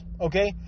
okay